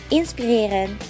inspireren